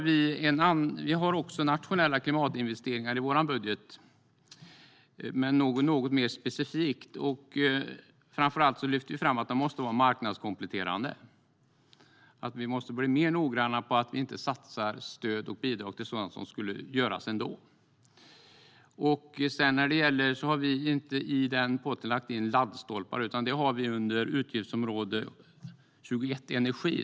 Vi har också nationella klimatinvesteringar i vår budget, men något mer specifikt. Framför allt lyfter vi fram att de måste vara marknadskompletterande, att vi måste bli mer noggranna med att inte satsa stöd och bidrag på sådant som skulle göras ändå. I den potten har vi inte lagt in laddstolpar, utan det har vi under utgiftsområde 21 Energi.